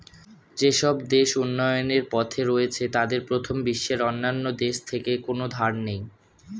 যেসব দেশ উন্নয়নের পথে রয়েছে তাদের প্রথম বিশ্বের অন্যান্য দেশ থেকে কোনো ধার নেই